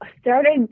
started